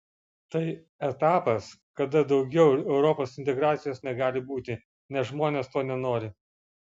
tai etapas kada daugiau europos integracijos negali būti nes žmonės to nenori